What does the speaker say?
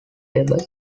label